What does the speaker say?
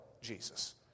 Jesus